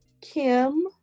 Kim